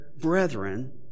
brethren